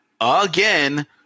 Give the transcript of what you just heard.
again